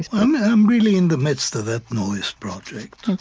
i'm i'm really in the midst of that noise project.